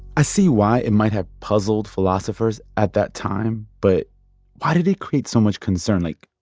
i see why it might have puzzled philosophers at that time, but why did it create so much concern? like,